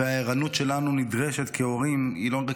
והערנות שלנו כהורים נדרשת, היא לא נדרשת,